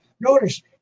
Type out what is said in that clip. Notice